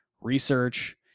research